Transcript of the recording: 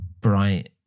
bright